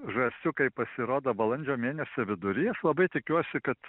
žąsiukai pasirodo balandžio mėnesio vidury aš labai tikiuosi kad